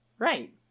Right